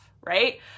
right